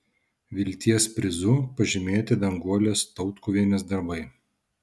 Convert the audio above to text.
vilties prizu pažymėti danguolės tautkuvienės darbai